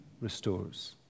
restores